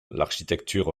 l’architecture